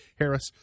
Harris